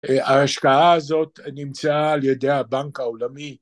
ההשקעה הזאת נמצאה על ידי הבנק העולמי.